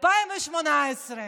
2018,